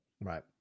right